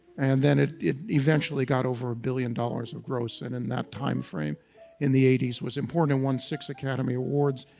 and then it it eventually got over a billion dollars of gross, and in that time frame in the eighty s was important and won six academy awards.